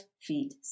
feet